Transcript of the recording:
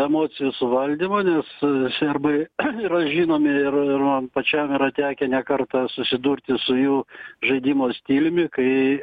emocijų suvaldymo nes serbai yra žinomi ir ir man pačiam yra tekę ne kartą susidurti su jų žaidimo stiliumi kai